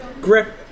Grip